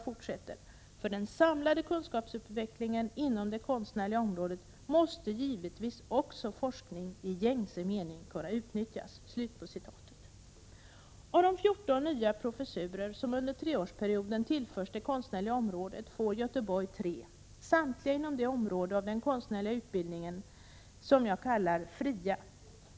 —-=- För den samlade kunskapsutvecklingen inom det konstnärliga området måste givetvis också forskning i gängse mening kunna utnyttjas.” Av de 14 nya professurer som under treårsperioden tillförs det konstnärliga området får Göteborg 3, samtliga inom det område av den konstnärliga utbildningen som jag kallar det ”fria” området.